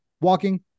walking